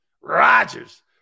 Rodgers